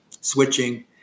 switching